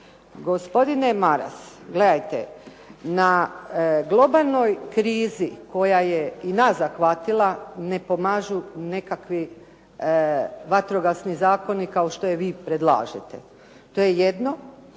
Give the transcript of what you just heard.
Gospodine Maras gledajte, na globalnoj krizi koja je i nas zahvatila, ne pomažu nekakvi vatrogasni zakoni kao što i vi predlažete. To je jedno.